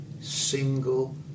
single